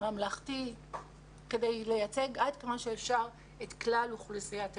ממלכתי וזאת כדי לייצג עד כמה שאפשר את כלל אוכלוסיית הילדים.